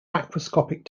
macroscopic